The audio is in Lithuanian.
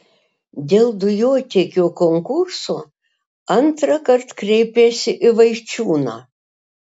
dėl dujotiekio konkurso antrąkart kreipėsi į vaičiūną